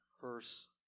verse